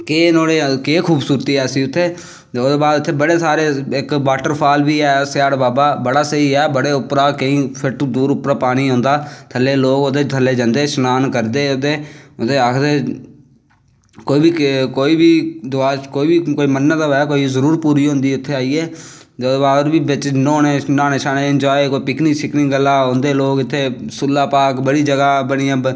केह् खूबसूरती ऐ उत्थें ते ओह्दे बाद उत्थें बड़े सारे इक बॉटरफाल बी ऐ स्याढ़ बाबा बड़े उप्परा दा दूर उप्परा दा पानी औंदा थल्लै लोग ओह्दै थल्लै जंदे सनान करदे ओह्दै आखदे कोई बी मन्नत होऐ जरूर पूरी होंदी उत्थें आईयै ते ओह्दै बाद बी बिच्च न्हाने शहाने गी पिकनिक गल्ला औंदे लोग इत्थें सूला पार्क बड़ियां जगाह्ं